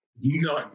None